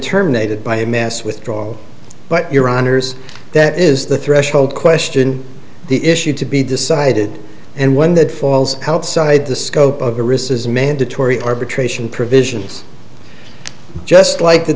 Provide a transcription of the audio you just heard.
terminated by a mass withdrawal but your honour's that is the threshold question the issue to be decided and one that falls outside the scope of a risk is mandatory arbitration provisions just like the